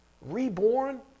reborn